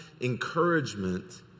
encouragement